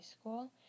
School